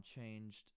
changed